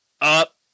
up